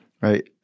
right